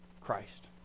Christ